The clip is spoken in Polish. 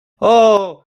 ooo